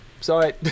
sorry